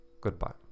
goodbye